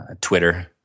Twitter